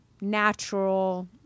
natural